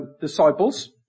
disciples